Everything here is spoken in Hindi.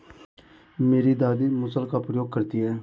मेरी दादी मूसल का प्रयोग करती हैं